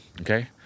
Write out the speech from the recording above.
okay